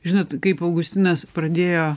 žinot kaip augustinas pradėjo